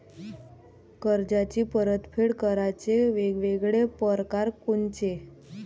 कर्जाची परतफेड करण्याचे वेगवेगळ परकार कोनचे?